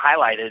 highlighted